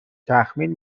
تخمین